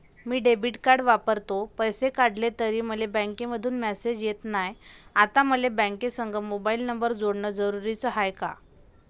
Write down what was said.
मी debit card वापरतो, पैसे काढले तरी मले बँकेमंधून मेसेज येत नाय, आता मले बँकेसंग मोबाईल नंबर जोडन जरुरीच हाय का?